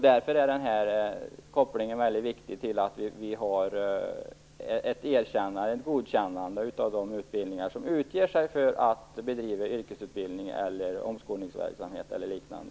Därför är det viktigt att det finns en koppling till ett godkännande av de utbildningsanordnare som utger sig för att bedriva yrkesutbildning, omskolningsverksamhet eller liknande.